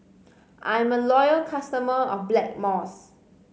I'm a loyal customer of Blackmores